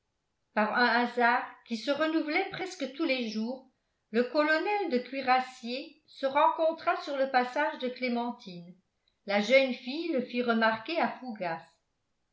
par un hasard qui se renouvelait presque tous les jours le colonel de cuirassiers se rencontra sur le passage de clémentine la jeune fille le fit remarquer à fougas